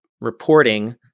reporting